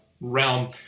realm